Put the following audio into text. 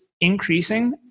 increasing